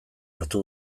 hartu